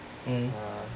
ah